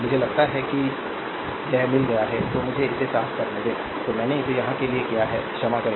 मुझे लगता है कि यह मिल गया है तो मुझे इसे साफ करने दें तो मैंने इसे यहां के लिए किया है क्षमा करें